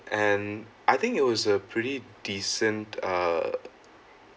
and I think it was a pretty decent uh